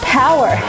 power